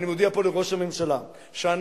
אני מודיע פה לראש הממשלה שאנחנו,